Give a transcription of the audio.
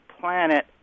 planet